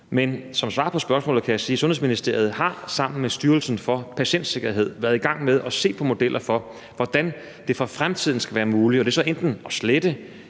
Men som svar på spørgsmålet kan jeg sige, at Sundhedsministeriet sammen med Styrelsen for Patientsikkerhed har været i gang med at se på modeller for, hvordan det for fremtiden skal være muligt enten at slette